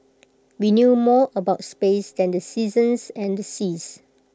we knew more about space than the seasons and the seas